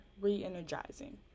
re-energizing